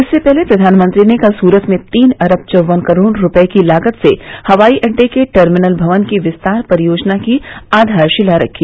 इससे पहले प्रधानमंत्री ने कल सूरत में तीन अरब चौवन करोड़ रूपए की लागत से हवाई अड्डे के टर्मिनल भवन की विस्तार परियोजना की आधारशिला रखी